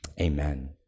Amen